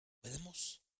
Podemos